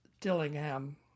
Dillingham